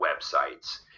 websites